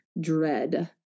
dread